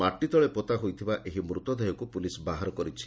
ମାଟିତଳେ ପୋତା ହୋଇଥିବା ଏହି ମୃତ ଦେହକୁ ପୁଲିସ୍ ବାହାର କରିଛି